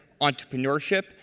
entrepreneurship